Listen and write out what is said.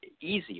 easier